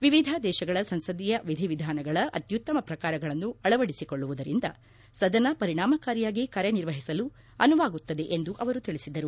ವಿವಿಧ ದೇಶಗಳ ಸಂಸದೀಯ ವಿಧಿವಿಧಾನಗಳ ಅತ್ಯುತ್ತಮ ಪ್ರಕಾರಗಳನ್ನು ಅಳವಡಿಸಿಕೊಳ್ಳುವುದರಿಂದ ಸದನ ಪರಿಣಾಮಕಾರಿಯಾಗಿ ಕಾರ್ಯನಿರ್ವಹಿಸಲು ಅನುವಾಗುತ್ತದೆ ಎಂದು ಅವರು ತಿಳಿಸಿದರು